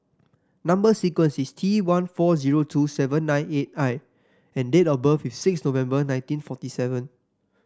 number sequence is T one four zero two seven nine eight I and date of birth is six November nineteen forty seven